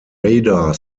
radar